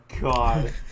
god